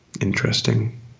interesting